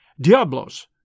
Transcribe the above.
Diablos